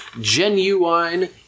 genuine